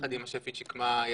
יחד עם השפית שקמה יעקובי,